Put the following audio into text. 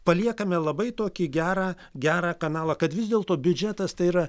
paliekame labai tokį gerą gerą kanalą kad vis dėl to biudžetas tai yra